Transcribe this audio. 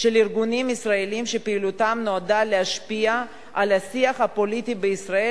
של ארגונים ישראליים שפעילותם נועדה להשפיע על השיח הפוליטי בישראל,